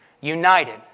United